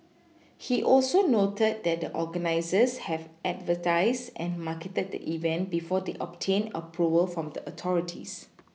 he also noted that the organisers had advertised and marketed the event before they obtained Approval from the authorities